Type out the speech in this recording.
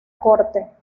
corte